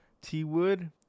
T-Wood